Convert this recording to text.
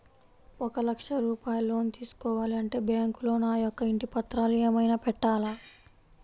ఒక లక్ష రూపాయలు లోన్ తీసుకోవాలి అంటే బ్యాంకులో నా యొక్క ఇంటి పత్రాలు ఏమైనా పెట్టాలా?